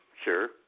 Sure